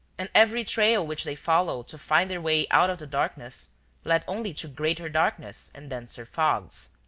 and every trail which they followed to find their way out of the darkness led only to greater darkness and denser fogs.